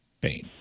pain